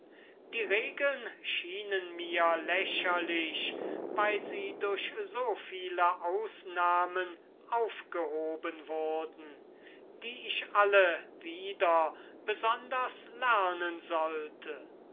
die regeln schienen mir lächerlich weil sie durch so viele ausnahmen aufgehoben wurden die ich alle wieder besonders lernen sollte